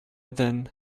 then